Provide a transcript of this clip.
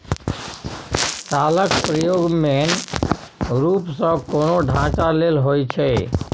शालक प्रयोग मेन रुप सँ कोनो ढांचा लेल होइ छै